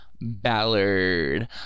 Ballard